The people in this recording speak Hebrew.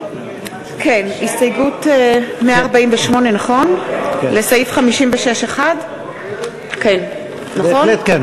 הסתייגות 148 לסעיף 56(1). (קוראת בשמות חברי הכנסת)